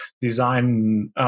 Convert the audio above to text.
design